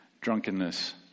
drunkenness